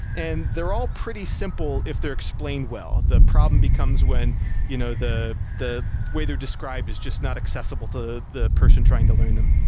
and they're all pretty simple if there explained well. the problem becomes when you know the the way they're described is just not accessible to the person trying to learn them.